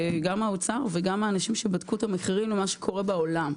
גם האוצר וגם האנשים שבדקו את המחירים למה שקורה בעולם.